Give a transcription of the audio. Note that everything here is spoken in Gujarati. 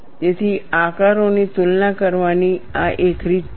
તેથી આકારોની તુલના કરવાની આ એક રીત છે